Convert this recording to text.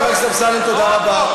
חבר הכנסת אמסלם, תודה רבה.